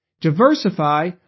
Diversify